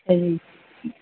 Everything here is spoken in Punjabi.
ਅੱਛਾ ਜੀ